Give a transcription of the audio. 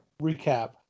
recap